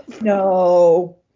no